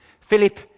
Philip